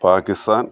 Pakistan